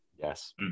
Yes